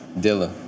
Dilla